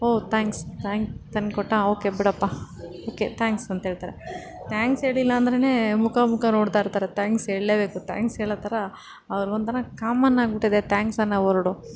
ಓಹ್ thanks thank ತಂದುಕೊಟ್ಟ okay ಬಿಡಪ್ಪ okay thanks ಅಂಥೇಳ್ತಾರೆ ತ್ಯಾಂಕ್ಸ್ ಹೇಳಿಲ್ಲ ಅಂದರೇನೆ ಮುಖ ಮುಖ ನೋಡ್ತಾಯಿರ್ತಾರೆ ತ್ಯಾಂಕ್ಸ್ ಹೇಳ್ಳೇಬೇಕು ತ್ಯಾಂಕ್ಸ್ ಹೇಳೋ ಥರ ಅವ್ರಿಗೊಂಥರ ಕಾಮನ್ ಆಗಿಬಿಟ್ಟಿದೆ ತ್ಯಾಂಕ್ಸ್ ಅನ್ನೋ ವರ್ಡು